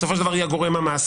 בסופו של דבר היא הגורם המעסיק,